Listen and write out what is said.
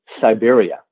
Siberia